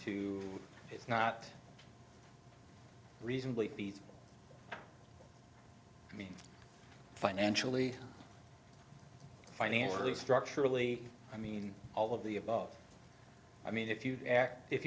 to it's not reasonably i mean financially financially structurally i mean all of the above i mean if you act if